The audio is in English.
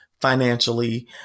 financially